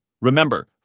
Remember